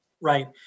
Right